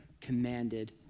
commanded